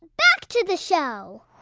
back to the show